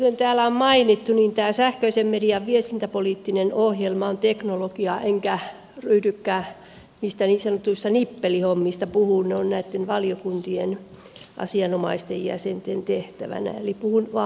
kuten täällä on mainittu niin tämä sähköisen median viestintäpoliittinen ohjelma on teknologiaa enkä ryhdykään niistä niin sanotuista nippelihommista puhumaan ne ovat näiden valiokuntien asianomaisten jäsenten tehtävänä eli puhun vain yleisesti